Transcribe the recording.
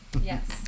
Yes